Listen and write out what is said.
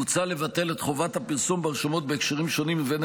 מוצע לבטל את חובת הפרסום ברשומות בהקשרים שונים ובין